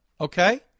okay